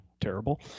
terrible